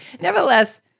nevertheless